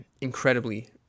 incredibly